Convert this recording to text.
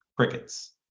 crickets